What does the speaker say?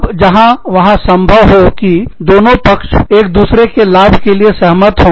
अब जब वहां संभावना हो कि दोनों पक्ष एक दूसरे के लाभ के लिए सहमत हो